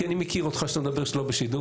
כי אני מכיר אותך כשאתה מדבר שלא בשידור,